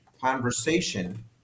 conversation